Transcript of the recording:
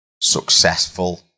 successful